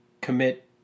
commit